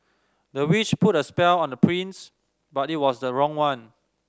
the witch put a spell on the prince but it was the wrong one